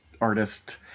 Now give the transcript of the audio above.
artist